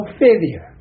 failure